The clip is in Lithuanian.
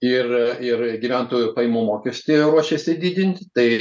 ir ir gyventojų pajamų mokestį ruošiasi didinti tai